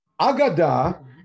Agada